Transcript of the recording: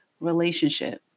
relationship